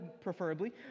preferably